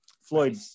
Floyd